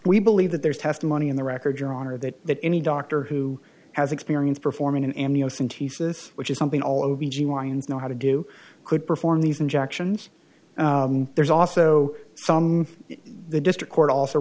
we believe that there's testimony in the record your honor that that any doctor who has experience performing an amniocentesis which is something all o b g y n know how to do could perform these injections there's also some in the district court also